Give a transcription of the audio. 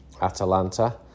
Atalanta